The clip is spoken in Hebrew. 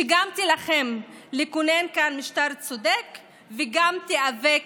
שגם תילחם לכונן כאן משטר צודק וגם תיאבק